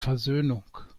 versöhnung